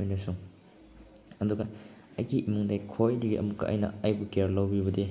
ꯑꯩꯅ ꯁꯨꯝ ꯑꯗꯨꯒ ꯑꯩꯒꯤ ꯏꯃꯨꯡꯗ ꯈ꯭ꯋꯥꯏꯗꯒꯤ ꯑꯃꯨꯛꯀ ꯑꯩꯅ ꯑꯩꯕꯨ ꯀꯦꯌꯥꯔ ꯂꯧꯕꯤꯕꯗꯤ